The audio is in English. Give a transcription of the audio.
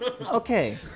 okay